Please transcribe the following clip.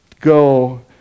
go